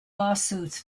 lawsuits